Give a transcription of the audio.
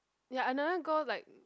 ya another girl like